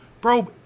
bro